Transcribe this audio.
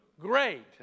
great